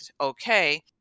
okay